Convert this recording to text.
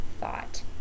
thought